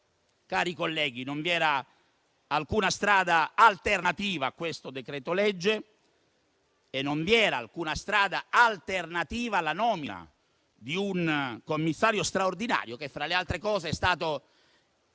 colleghi, non vi era alcuna strada alternativa al decreto-legge in discussione e non vi era alcuna strada alternativa alla nomina di un commissario straordinario che, fra le altre cose, è stato